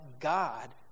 God